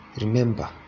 Remember